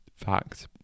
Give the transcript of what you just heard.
fact